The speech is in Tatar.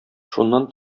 шуннан